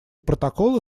протокола